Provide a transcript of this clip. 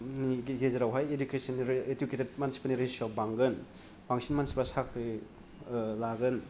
नि गेजेरावहाय इडुकेटेट मानसिफोरनि रेसुवा बांगोन बांसिन मानसिफ्रा साख्रि लागोन